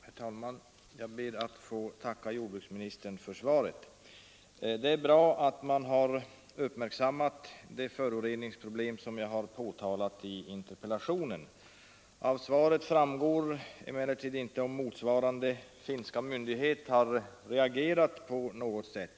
Herr talman! Jag ber att få tacka jordbruksministern för svaret. Det är bra att man har uppmärksammat det föroreningsproblem som jag har påtalat i interpellationen. Av svaret framgår emellertid inte om motsvarande finska myndighet har reagerat på något sätt.